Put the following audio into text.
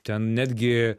ten netgi